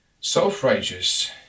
Self-righteous